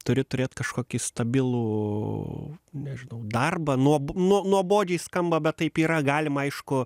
turi turėt kažkokį stabilų nežinau darbą nuobo nuobodžiai skamba bet taip yra galima aišku